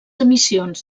emissions